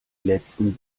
letzten